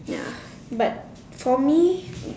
ya but for me